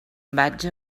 vaig